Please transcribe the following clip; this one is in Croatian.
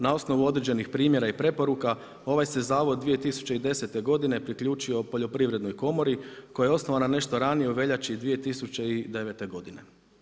Na osnovu određenih primjera i preporuka ovaj se Zavod 2010. godine priključio poljoprivrednoj komori koja je osnovana nešto ranije u veljači 20009. godine.